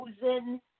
chosen